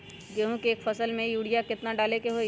गेंहू के एक फसल में यूरिया केतना डाले के होई?